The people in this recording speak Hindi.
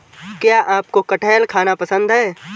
क्या आपको कठहल खाना पसंद है?